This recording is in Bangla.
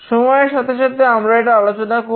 সময়ের সাথে সাথে আমরা এটা আলোচনা করব